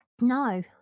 No